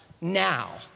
Now